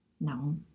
No